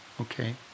okay